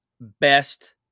best